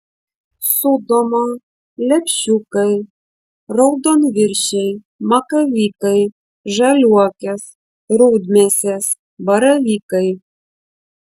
sūdoma lepšiukai raudonviršiai makavykai žaliuokės rudmėsės baravykai